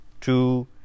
two